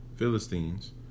philistines